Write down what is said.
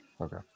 Okay